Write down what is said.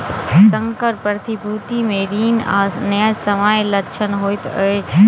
संकर प्रतिभूति मे ऋण आ न्यायसम्य लक्षण होइत अछि